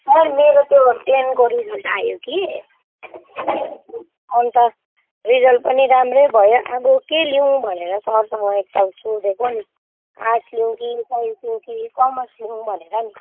sir मेरो त्यो टेनको रिजल्ट आयो कि अन्त रिजल्ट पनि राम्रै भयो अब के लिउँ भनेर सरसँग एकताल सोधेको नि आर्ट्स लिउँ कि साइन्स लिउँ कि कमर्स लिउँ भनेर नि